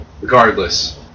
Regardless